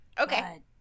Okay